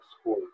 school